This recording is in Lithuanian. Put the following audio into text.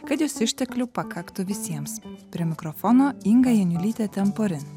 kad jos išteklių pakaktų visiems prie mikrofono inga janiulytė temporin